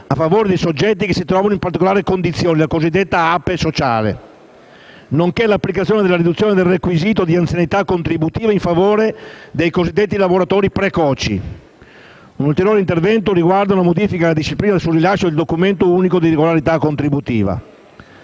a favore di soggetti che si trovino in particolari condizioni (APE sociale), nonché dell'applicazione della riduzione del requisito dell'anzianità contributiva in favore dei cosiddetti lavoratori precoci. Un ulteriore intervento riguarda una modifica alla disciplina sul rilascio del documento unico di regolarità contributiva